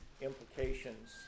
implications